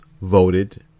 voted